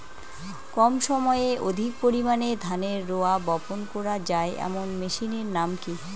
কম সময়ে অধিক পরিমাণে ধানের রোয়া বপন করা য়ায় এমন মেশিনের নাম কি?